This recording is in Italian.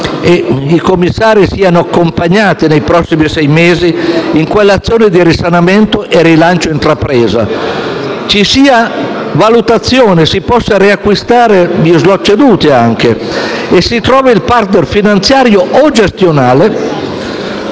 i commissari siano accompagnati nei prossimi sei mesi nell'azione di risanamento e di rilancio intrapresa. Ci sia valutazione, si possano riacquistare gli *slot* ceduti e si trovi il *partner* finanziario o gestionale,